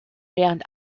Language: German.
während